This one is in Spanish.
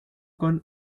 con